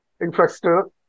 infrastructure